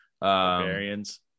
Barbarians